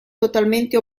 totalmente